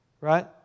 Right